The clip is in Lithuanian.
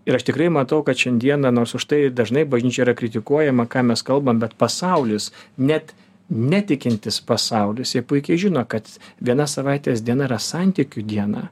ir aš tikrai matau kad šiandieną nors už tai dažnai bažnyčia yra kritikuojama ką mes kalbam bet pasaulis net netikintis pasaulis jie puikiai žino kad viena savaitės diena yra santykių dieną